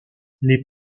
les